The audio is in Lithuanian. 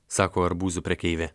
sako arbūzų prekeivė